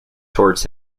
towards